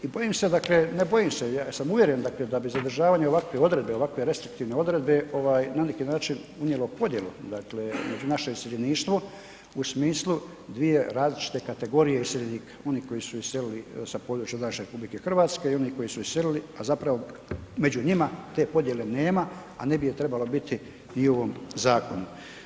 I bojim se dakle, ne bojim se, ja sam uvjeren dakle da bi zadržavanje ovakve odredbe, ovakve restriktivne odredbe na neki način unijelo podjelu dakle među naše iseljeništvo u smislu dvije različite kategorije iseljenike, one koji su iselili sa područja naše RH i onih koji su iselili a zapravo među njima te podjele nema a ne bi je trebalo biti ni u ovom zakonu.